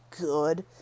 good